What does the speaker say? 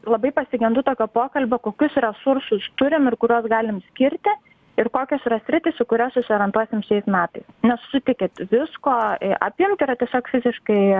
labai pasigendu tokio pokalbio kokius resursus turim ir kuriuos galim skirti ir kokios yra sritys į kurias susiorientuosim šiais metais nes sutikit visko apimt yra tiesiog fiziškai